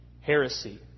Heresy